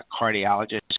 cardiologist